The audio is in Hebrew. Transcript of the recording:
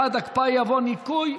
הקפאה יבוא ניכוי.